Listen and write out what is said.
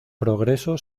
progreso